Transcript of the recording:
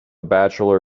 bachelor